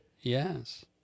Yes